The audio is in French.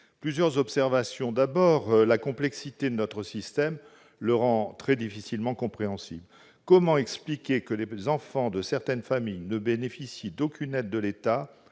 plusieurs observations. Tout d'abord, la complexité de notre système le rend très difficilement compréhensible. Comment expliquer que les enfants de certaines familles ne bénéficient d'aucune aide de l'État,